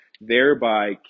thereby